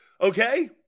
okay